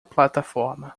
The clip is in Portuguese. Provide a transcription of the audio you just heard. plataforma